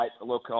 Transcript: look